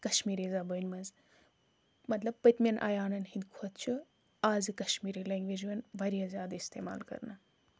کشمیری زبٲنۍ منٛز مطلب پٔتمٮ۪ن آیانَن ہنٛدۍ کھۄتہٕ چھُ آزٕ کشمیری لینگویج وۄنۍ واریاہ زیادٕ استمال کرنہٕ